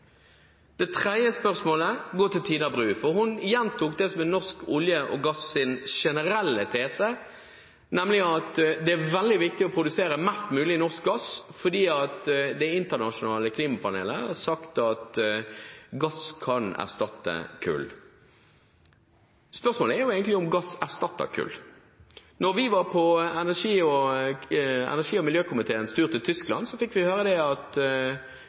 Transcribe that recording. Det tredje spørsmålet går til Tina Bru. Hun gjentok den generelle tesen når det gjelder norsk olje og gass, nemlig at det er veldig viktig å produsere mest mulig norsk gass fordi Det internasjonale klimapanelet har sagt at gass kan erstatte kull. Spørsmålet er egentlig om gass erstatter kull. Da energi- og miljøkomiteen var på tur til Tyskland, fikk vi høre at gasskraftverkene står, mens kullkraftverkene går. Hvis Høyre mener alvor med at